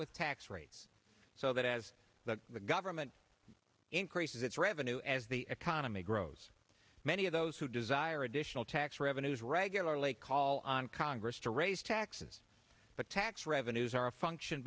with tax rates so that as the government increases its revenue as the economy grows many of those who desire additional tax revenues regularly call on congress to raise taxes but tax revenues are a function